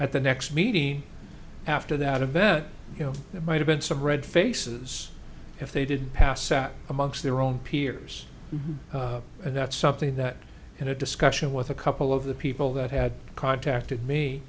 at the next meeting after that event you know there might have been some red faces if they didn't pass out amongst their own peers and that's something that in a discussion with a couple of the people that had contacted me